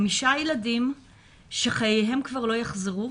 חמישה ילדים שחייהם כבר לא יחזרו,